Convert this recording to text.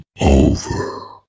over